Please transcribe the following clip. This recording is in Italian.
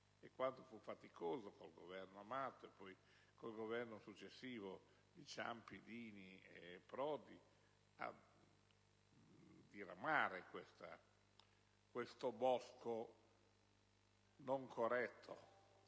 e quanto fu faticoso con il Governo Amato, e poi per i Governi successivi, di Ciampi, Dini e Prodi, diradare questo bosco non corretto.